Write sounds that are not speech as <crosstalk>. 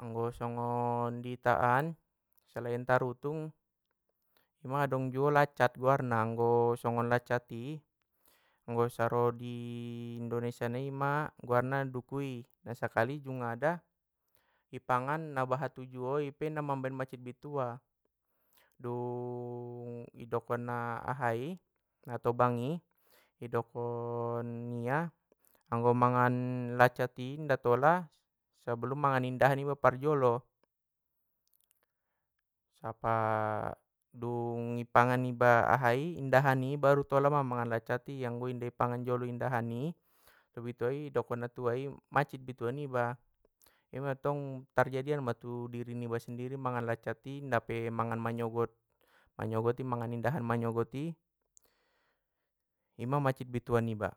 Anggo songon di ita an selain tarutung, adong juo laccat guarna anggo songon laccat i anggo saro di <hesitation> indonesia nai ima guarna duku i, nasakali jungada! I pangan na bahat tu juo ipe na mambaen mancit bitua! Dung <hesitation> idokon na ahai natobang i ido <hesitation> kon ia. anggo mangan laccat i inda tola sebelum mangan indahan iba parjolo. Sapa <hesitation> dung ipangan iba aha i indahan i baru tola ma mangan laccat i nggo inda i pangan jolo indahan i! Tu bituai idokon na tuai mancit bitua niba ima tong! Terjadian ma tudiri niba sendiri mangan laccat i inda pe mangan manyogot- manyogoti mangan indahan manyogoti ima mancit bitua niba.